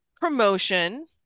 promotion